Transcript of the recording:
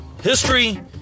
history